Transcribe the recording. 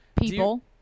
People